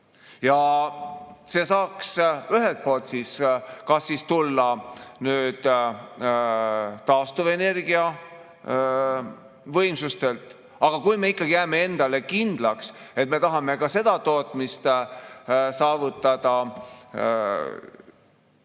See saaks ühelt poolt tulla taastuvenergia võimsustelt, aga kui me ikkagi jääme endale kindlaks, et me tahame ka seda tootmist saavutada